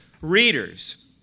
readers